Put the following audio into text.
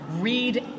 read